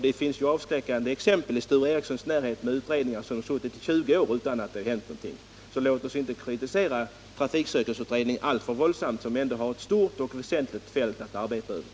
Det finns ju i Sture Ericsons närhet avskräckande exempel på utredningar som suttit i 20 år utan att det hänt någonting. Låt oss alltså inte alltför våldsamt kritisera trafiksäkerhetsutredningen, som ändå har ett stort och väsentligt fält att arbeta över.